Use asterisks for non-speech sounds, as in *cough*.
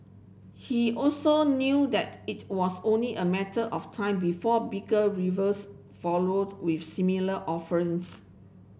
he also knew that it was only a matter of time before bigger *unintelligible* followed with similar offerings